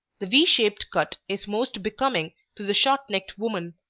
the v-shaped cut is most becoming to the short-necked woman,